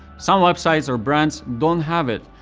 some websites or brands don't have it.